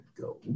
go